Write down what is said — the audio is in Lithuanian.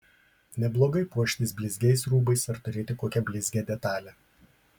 neblogai puoštis blizgiais rūbais ar turėti kokią blizgią detalę